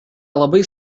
labai